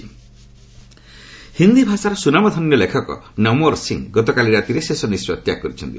ନମୱର ସିଂହ ହିନ୍ଦୀ ଭାଷାର ସୁନାମ ଧନ୍ୟ ଲେଖକ ନମଓ୍ୱର ସିଂହ ଗତକାଲି ରାତିରେ ଶେଷ ନିଶ୍ୱାସ ତ୍ୟାଗ କରିଛନ୍ତି